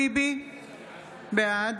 בעד